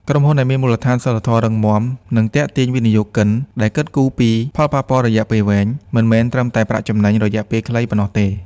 ក្រុមហ៊ុនដែលមានមូលដ្ឋានសីលធម៌រឹងមាំ នឹងទាក់ទាញវិនិយោគិនដែលគិតគូរពីផលប៉ះពាល់រយៈពេលវែង មិនមែនត្រឹមតែប្រាក់ចំណេញរយៈពេលខ្លីប៉ុណ្ណោះទេ។